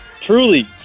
Truly